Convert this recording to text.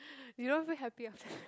you don't feel happy after that